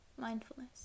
mindfulness